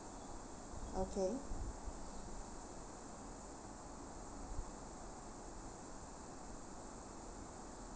okay